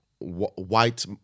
white